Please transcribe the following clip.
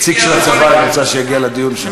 נציג של הצבא, היא רוצה שיגיע לדיון שם.